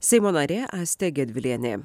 seimo narė aistė gedvilienė